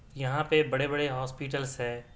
یہاں پہ بڑے بڑے ہاسپٹلس ہے